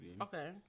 Okay